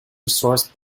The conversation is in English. resource